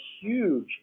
huge